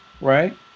right